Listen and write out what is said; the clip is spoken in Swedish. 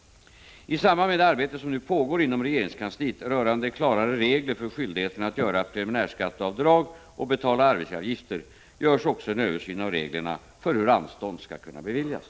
I samband med det arbete som nu pågår inom regeringskansliet rörande klarare regler för skyldigheten att göra preliminärskatteavdrag och betala arbetsgivaravgifter görs också en översyn av reglerna för hur anstånd skall kunna beviljas.